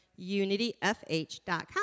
UnityFH.com